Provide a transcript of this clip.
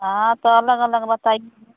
हाँ तो अलग अलग बताइए रेट